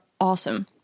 awesome